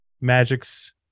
magics